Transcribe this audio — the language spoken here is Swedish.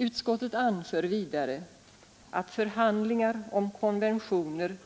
Utskottet —— anför vidare att förhandlingar om konventioner